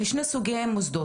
לשני סוגי המוסדות,